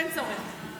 אין צורך, אין צורך.